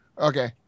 Okay